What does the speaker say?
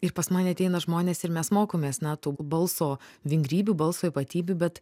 ir pas mane ateina žmonės ir mes mokomės na tų balso vingrybių balso ypatybių bet